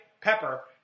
Pepper